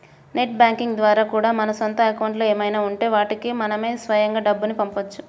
net banking ద్వారా కూడా మన సొంత అకౌంట్లు ఏమైనా ఉంటే వాటికి మనమే స్వయంగా డబ్బుని పంపవచ్చు